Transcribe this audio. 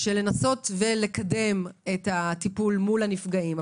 של לנסות לקדם את הטיפול מול הנפגעים.